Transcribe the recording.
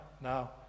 Now